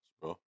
bro